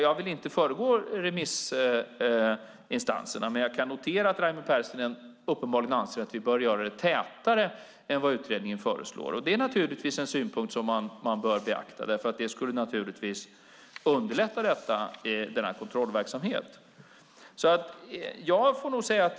Jag vill inte föregå remissinstanserna, men jag kan notera att Raimo Pärssinen uppenbarligen anser att vi bör ha tätare kontroller än vad utredningen föreslår. Det är en synpunkt som man bör beakta eftersom det naturligtvis skulle underlätta kontrollverksamheten.